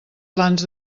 plans